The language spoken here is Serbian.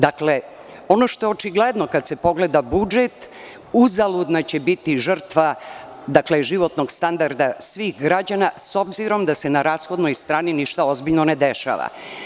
Dakle, ono što je očigledno kad se pogleda budžet uzaludna će biti žrtva životnog standarda svih građana, s obzirom da se na rashodnoj strani ništa ozbiljno ne dešava.